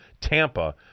Tampa